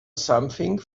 something